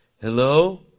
Hello